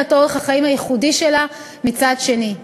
את אורח החיים הייחודי שלה מצד שני.